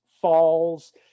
falls